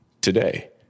today